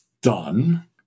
done